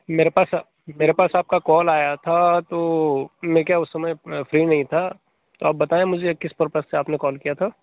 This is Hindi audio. मेरे पास मेरे पास आपका कॉल आया था तो मैं क्या है उस समय फ्री नहीं था तो आप बताएँ मुझे किस पर्पज से आपने कॉल किया था